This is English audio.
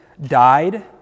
died